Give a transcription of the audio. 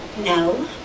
no